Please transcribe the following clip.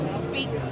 speak